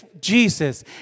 Jesus